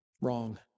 wrong